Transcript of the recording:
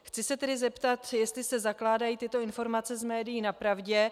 Chci se tedy zeptat, jestli se zakládají tyto informace z médií na pravdě.